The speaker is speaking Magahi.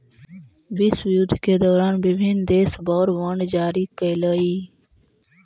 विश्वयुद्ध के दौरान विभिन्न देश वॉर बॉन्ड जारी कैलइ